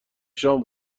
شام